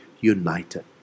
united